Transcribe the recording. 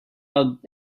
out